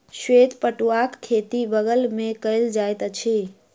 श्वेत पटुआक खेती बंगाल मे कयल जाइत अछि